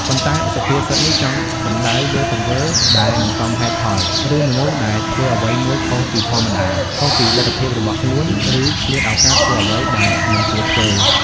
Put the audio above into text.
ប៉ុន្តែសុភាសិតនេះចង់សំដៅលើទង្វើដែលមិនសមហេតុផល ឬមនុស្សដែលធ្វើអ្វីមួយខុសពីធម្មតា ខុសពីលទ្ធភាពរបស់ខ្លួន ឬឆ្លៀតឱកាសធ្វើអ្វីដែលមិនគួរធ្វើ។